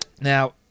Now